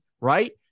right